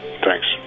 Thanks